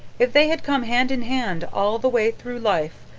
if they had come hand in hand all the way through life,